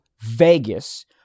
Vegas